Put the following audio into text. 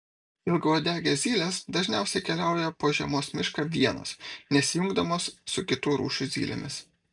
ilgauodegės zylės dažniausiai keliauja po žiemos mišką vienos nesijungdamos su kitų rūšių zylėmis